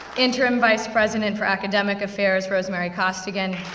interim vice president for academic affairs, rosemary costigan.